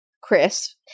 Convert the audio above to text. Chris